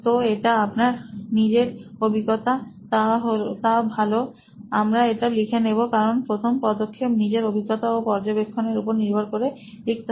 তো এটা আপনার নিজের অভিজ্ঞতা তা ভালো আমরা এটা লিখে নেবো কারণ প্রথম পদক্ষেপ নিজের অভিজ্ঞতা ও পর্যবেক্ষণ এর উপর নির্ভ র করে লিখতে হয়